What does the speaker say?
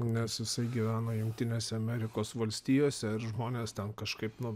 nes jisai gyvena jungtinėse amerikos valstijose ir žmonės ten kažkaip nu